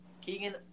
Keegan